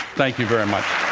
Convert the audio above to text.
thank you very much.